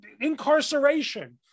incarceration